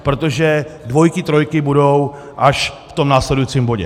Protože dvojky, trojky budou až v následujícím bodě.